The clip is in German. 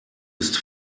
ist